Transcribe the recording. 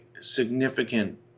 significant